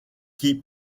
qui